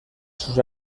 sus